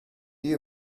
you